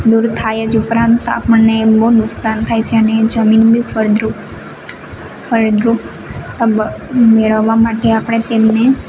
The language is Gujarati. દૂર થાય જ ઉપરાંત આપણને બહુ નુકસાન થાય છે ને જમીન બી ફળદ્રુપ ફળદ્રુપ મેળવવા માટે આપણે તેમને